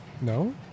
No